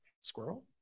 squirrel